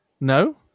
No